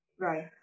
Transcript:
Right